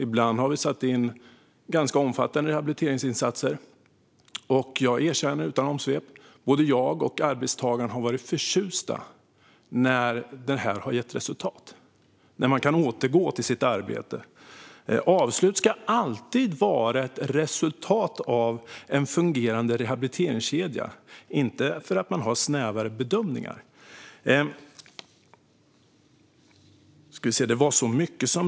Ibland har vi satt in ganska omfattande rehabiliteringsinsatser, och jag erkänner utan omsvep att både jag och arbetstagaren har varit förtjusta när detta har gett resultat och arbetstagaren har kunnat återgå till sitt arbete. Avslut ska alltid vara ett resultat av en fungerande rehabiliteringskedja, inte av snävare bedömningar.